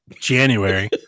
January